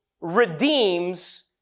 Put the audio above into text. redeems